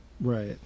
Right